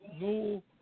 no